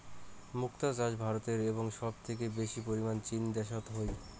মুক্তা চাষ ভারতে এবং সব থাকি বেশি পরিমানে চীন দ্যাশোত হই